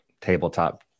tabletop